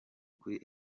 kuri